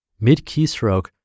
Mid-keystroke